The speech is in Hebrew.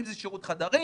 אם זה שירות חדרים,